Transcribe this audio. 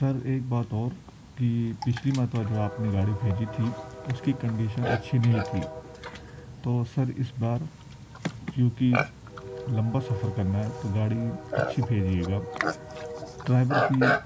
سر ایک بات اور کہ پچھلی مرتبہ جو آپ نے گاڑی بھیجی تھی اس کی کنڈیشن اچھی نہیں تھی تو سر اس بار کیونکہ لمبا سفر کرنا ہے تو گاڑی اچھی بھیجیے گا ڈرائیور بھی